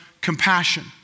compassion